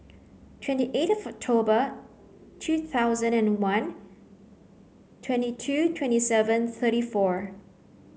twenty eight October two thousand and one twenty two twenty seven thirty four